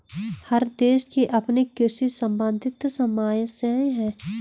हर देश की अपनी कृषि सम्बंधित समस्याएं हैं